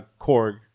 Korg